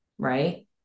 right